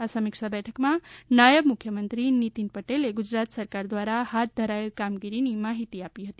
આ સમીક્ષા બેઠકમાં નાયબ મુખ્યમંત્રી નીતીન પટેલે ગુજરાત સરકાર દ્વારા હાથ ધરાયેલ કામગીરીની માહીતી આપી હતી